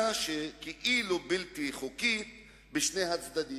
שהיא כאילו בלתי חוקית בשני צדי הכביש.